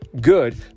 good